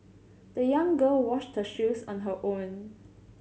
the young girl washed her shoes on her own